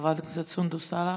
חברת הכנסת סונדוס סאלח.